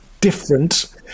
different